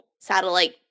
satellite